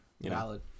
Valid